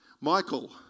Michael